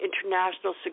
International